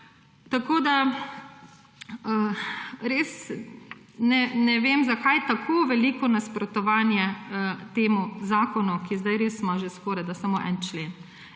tako da res ne vem, zakaj tako veliko nasprotovanje temu zakonu, ki ima zdaj res že skorajda samo en člen.